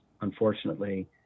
unfortunately